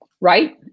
Right